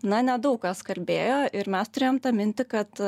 na nedaug kas kalbėjo ir mes turėjom tą mintį kad